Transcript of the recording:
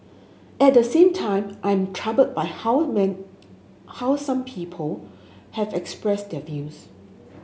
at the same time I'm troubled by how men how some people have expressed their views